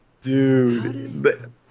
Dude